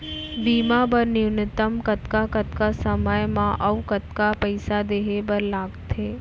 बीमा बर न्यूनतम कतका कतका समय मा अऊ कतका पइसा देहे बर लगथे